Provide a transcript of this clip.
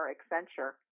Accenture